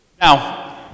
Now